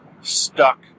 stuck